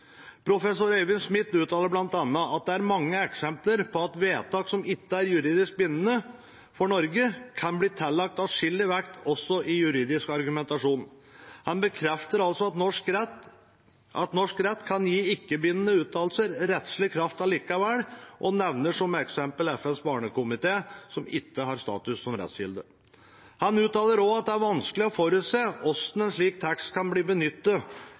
Professor Eivind Smith uttaler bl.a.: «Det er mange eksempler på at vedtak som ikke er juridisk bindende for Norge, kan bli tillagt adskillig vekt også i juridisk argumentasjon.» Han bekrefter altså at norsk rett kan gi ikke-bindende uttalelser rettslig kraft allikevel, og nevner som eksempel FNs barnekomité, som ikke har status som rettskilde. Han uttaler også at det er vanskelig å forutse hvordan en slik tekst kan bli benyttet